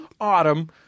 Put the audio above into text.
autumn